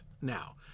now